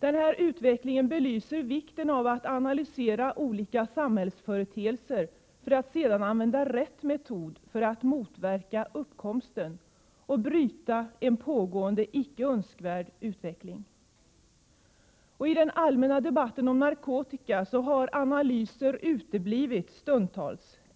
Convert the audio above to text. Denna utveckling belyser vikten av att analysera olika samhällsföreteelser, så att rätt metod sedan skall kunna användas för att motverka deras uppkomst och bryta en pågående icke önskvärd utveckling. I den allmänna debatten om narkotika har analyser stundtals uteblivit